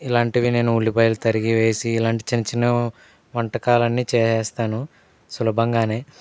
ఇలాంటివి నేను ఉల్లిపాయలు తరిగి వేసి ఇలాంటి చిన్న చిన్న వంటకాలన్ని చేసేస్తాను సులభంగానే